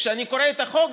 כשאני קורא את החוק,